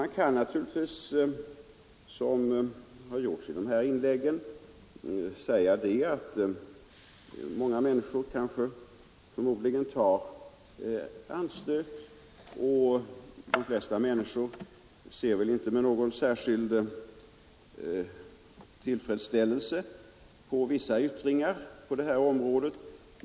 Nu har det sagts i debatten, och det är förmodligen alldeles riktigt, att många människor tar anstöt av den annonsering det här gäller. Jag tror också att de flesta människor inte ser med någon särskild tillfredsställelse på vissa yttringar av denna verksamhet.